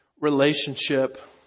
relationship